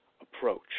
approach